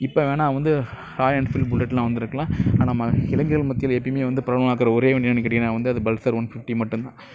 இப்போ வேணுணா வந்து ராயல் என்ஃபீல்டு புல்லட்லாம் வந்து இருக்கலாம் ஆனால் இளைஞர்கள் மத்தியில் எப்போயுமே வந்து பிரபலமாக இருக்கிற ஒரே வண்டி என்னன்னு கேட்டீங்கன்னா வந்து அது பல்சர் ஒன் ஃபிஃப்ட்டி மட்டும்தான்